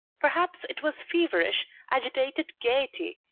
perhaps it was feverish, agitated gayety,